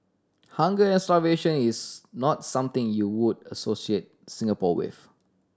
hunger and starvation is not something you would associate Singapore with